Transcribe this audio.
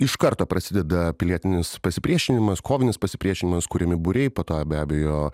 iš karto prasideda pilietinis pasipriešinimas kovinis pasipriešinimas kuriami būriai po to be abejo